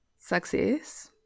success